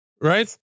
right